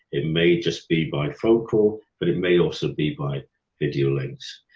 it may just be by phone call but it may also be by video links.